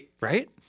Right